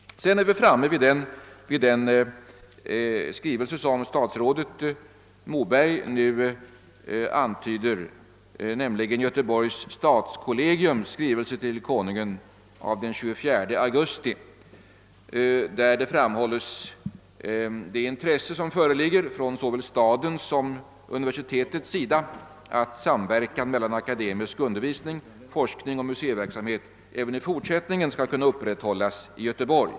Sedan är vi framme vid den skrivelse som statsrådet Moberg nu antyder, nämligen Göteborgs stadskollegiums skrivelse till Konungen den 24 augusti. Där framhåller man det intresse som föreligger från såväl stadens som universitetets sida, att samverkan mellan akademisk undervisning, forskning och museiverksamhet även i fortsättningen skall kunna upprätthållas i Göteborg.